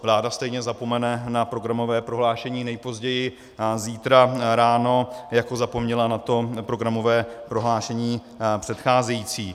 Vláda stejně zapomene na programové prohlášení nejpozději zítra ráno, jako zapomněla na to programové prohlášení předcházející.